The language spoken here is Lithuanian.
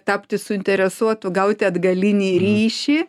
tapti suinteresuotu gauti atgalinį ryšį